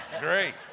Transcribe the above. Great